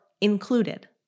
included